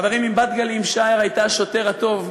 חברים, אם בת-גלים שער הייתה השוטר הטוב,